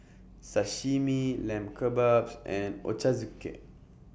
Sashimi Lamb Kebabs and Ochazuke